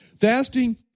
Fasting